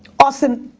austin,